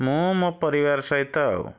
ମୁଁ ମୋ ପରିବାର ସହିତ ଆଉ